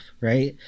right